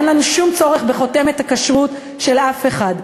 אין לנו שום צורך בחותמת הכשרות של אף אחד.